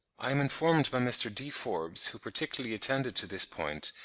i am informed by mr. d. forbes, who particularly attended to this point,